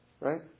right